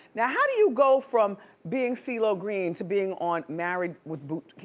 now how do you go from being so ceelo green to being on married with boot,